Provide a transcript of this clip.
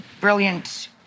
brilliant